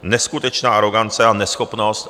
Neskutečná arogance a neschopnost.